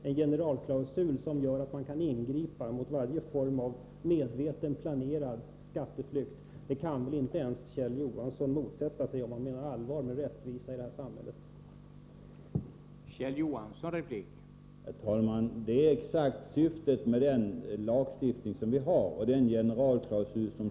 En generalklausul som gör att man kan ingripa mot varje form av medveten, planerad skatteflykt kan väl inte ens Kjell Johansson motsätta sig, om han menar allvar med att det skall vara rättvisa i samhället.